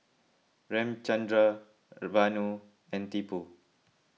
Ramchundra Vanu and Tipu